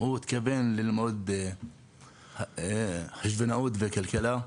הוא התכוון ללמוד חשבונאות וכלכלה,